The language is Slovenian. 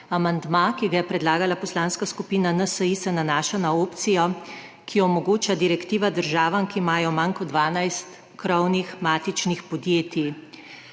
Amandma, ki ga je predlagala Poslanska skupina NSi, se nanaša na opcijo, ki jo omogoča direktiva državam, ki imajo manj kot 12 krovnih matičnih podjetij.